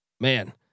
man